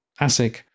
ASIC